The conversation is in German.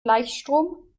gleichstrom